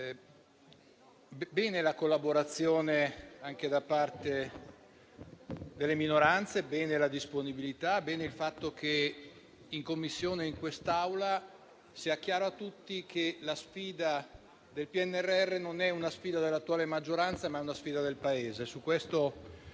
bene la collaborazione anche da parte delle minoranze, bene la disponibilità, bene il fatto che in Commissione e in quest'Aula sia chiaro a tutti che la sfida del PNRR non è dell'attuale maggioranza, ma del Paese.